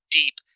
deep